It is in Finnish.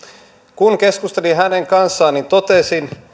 kun keskustelin hänen kanssaan niin totesin